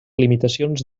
limitacions